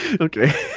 Okay